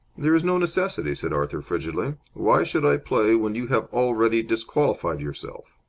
there is no necessity, said arthur, frigidly. why should i play when you have already disqualified yourself?